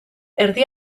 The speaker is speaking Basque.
erdi